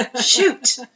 Shoot